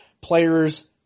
players